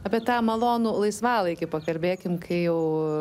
apie tą malonų laisvalaikį pakalbėkim kai jau